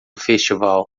festival